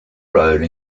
road